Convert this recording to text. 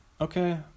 Okay